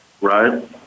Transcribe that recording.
Right